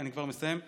אני כבר מסיים.